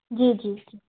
जी जी